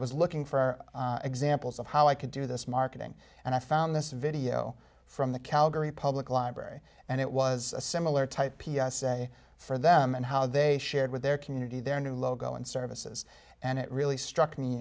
was looking for examples of how i could do this marketing and i found this video from the calgary public library and it was a similar type p s a for them and how they shared with their community their new logo and services and it really struck me